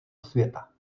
světa